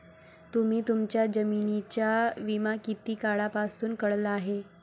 तुम्ही तुमच्या जमिनींचा विमा किती काळापासून काढला आहे?